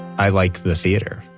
i like the theater.